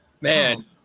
Man